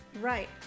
Right